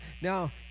Now